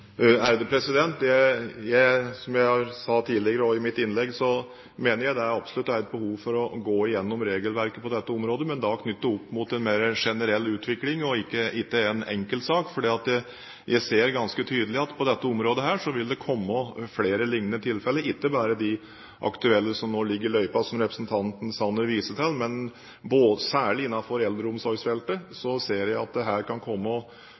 Som jeg også sa tidligere, i mitt innlegg, mener jeg det absolutt er et behov for å gå igjennom regelverket på dette området, men da knyttet opp mot en mer generell utvikling og ikke opp mot én enkeltsak. For jeg ser ganske tydelig at det på dette området vil komme flere lignende tilfeller – ikke bare de aktuelle som nå ligger i løypa, som representanten Sanner viste til. Særlig innenfor eldreomsorgsfeltet ser jeg at det her kan komme